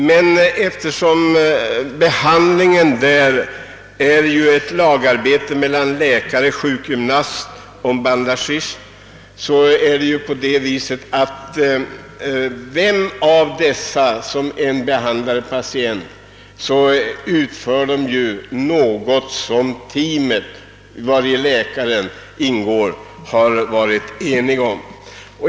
Men eftersom behandlingen är ett lagarbete mellan läkare, sjukgymnast och bandagist blir det ett team som hela tiden kommer att svara för behandlingen, ett team i vilket läkaren alltså ingår.